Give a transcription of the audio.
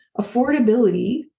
Affordability